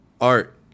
Art